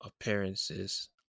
appearances